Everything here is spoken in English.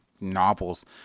novels